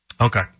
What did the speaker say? Okay